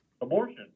Abortion